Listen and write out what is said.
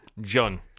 John